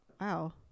wow